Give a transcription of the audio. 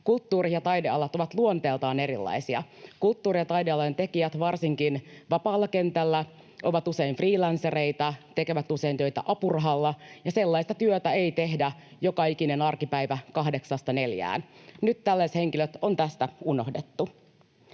Kulttuuri- ja taidealat ovat luonteeltaan erilaisia. Kulttuuri- ja taidealojen tekijät varsinkin vapaalla kentällä ovat usein freelancereita, tekevät usein töitä apurahalla, ja sellaista työtä ei tehdä joka ikinen arkipäivä kahdeksasta neljään. Nyt tällaiset henkilöt on tästä unohdettu.